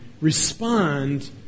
respond